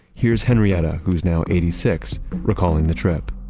here's henrietta, who's now eighty six, recalling the trip.